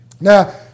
Now